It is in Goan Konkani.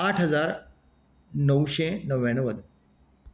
आठ हजार णवशें णव्या ण्णव्वद